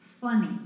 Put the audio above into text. funny